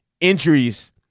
injuries